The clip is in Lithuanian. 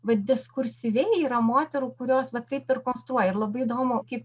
vat diskursyviai yra moterų kurios vat taip ir konstruoja ir labai įdomu kaip